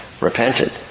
Repented